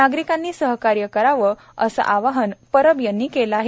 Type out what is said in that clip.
नागरिकांनी सहकार्य करावं असं आवाहनही परब यांनी केलं आहे